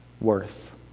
worth